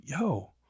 yo